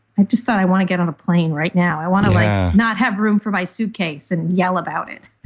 i just thought i want to get on a plane right now. i want to not have room for my suitcase and yell about it